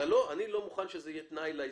אני לא מוכן שזה יהיה תנאי לעסקה.